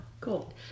Cool